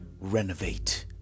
renovate